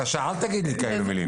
אל תגיד לי כאלו מילים.